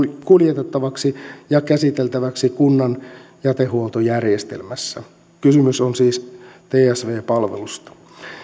kuljetettavaksi ja käsiteltäväksi kunnan jätehuoltojärjestelmässä kysymys on siis tsv palvelusta